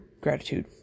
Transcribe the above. gratitude